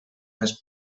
més